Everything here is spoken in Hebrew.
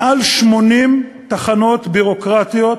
מעל 80 תחנות ביורוקרטיות